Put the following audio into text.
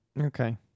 Okay